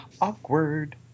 awkward